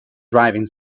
driving